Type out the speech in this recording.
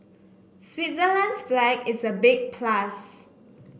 Switzerland's flag is a big plus